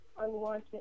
unwanted